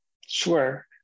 sure